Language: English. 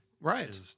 Right